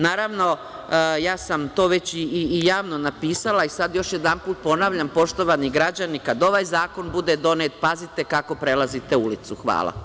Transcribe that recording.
Naravno, to sam već javno pisala i sada još jedanput ponavljam, poštovani građani, kada ovaj zakon bude donet, pazite kako prelazite ulicu.